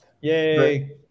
Yay